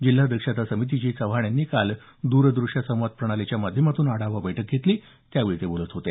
जिल्हा दक्षता समितीची चव्हाण यांनी काल द्रदृश्य संवाद प्रणालीच्या माध्यमातून आढावा बैठक घेतली त्यावेळी ते बोलत होते